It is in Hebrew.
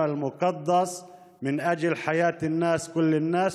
כל האנשים.